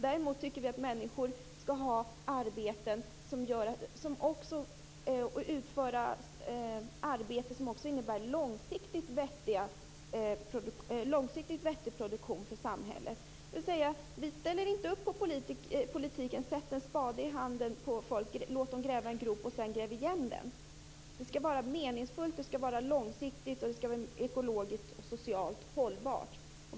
Däremot tycker vi att människor skall utföra arbeten som innebär en långsiktigt vettig produktion för samhället. Vi ställer inte upp på politiken som säger: Sätt en spade i handen på folk, låt dem gräva en grop och sedan gräva igen den. Arbetet skall vara meningsfullt, långsiktigt och ekologiskt och socialt hållbart.